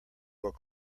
will